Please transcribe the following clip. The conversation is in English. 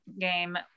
game